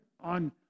on